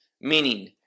meaning